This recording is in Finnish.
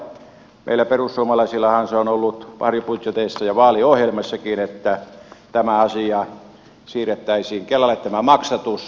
meillä perussuomalaisillahan se on ollut vaalibudjeteissa ja vaaliohjelmissakin että tämä asia siirrettäisiin kelalle tämä maksatus